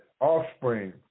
offspring